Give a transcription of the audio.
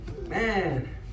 man